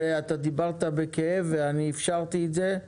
ואתה דיברת בכאב ואני אפשרתי את זה,